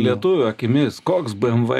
lietuvių akimis koks bmw